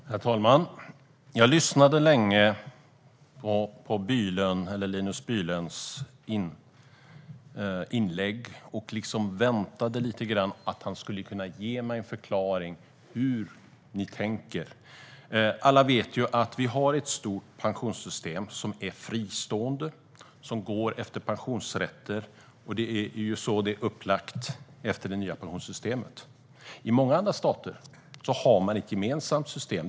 Herr talman! Jag lyssnade länge på Linus Bylunds inlägg och väntade lite grann på att han skulle förklara för mig hur Sverigedemokraterna tänker. Alla vet att vi har ett stort pensionssystem som är fristående och som går efter pensionsrätter. Det är så det nya pensionssystemet är upplagt. I många andra stater har man ett gemensamt system.